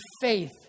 faith